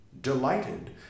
Delighted